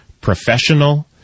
professional